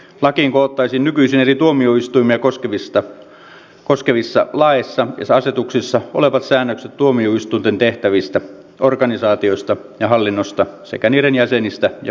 lakiin koottaisiin nykyisin eri tuomioistuimia koskevissa laeissa ja asetuksissa olevat säännökset tuomioistuinten tehtävistä organisaatioista ja hallinnosta sekä niiden jäsenistä ja muusta henkilöstöstä